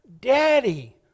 Daddy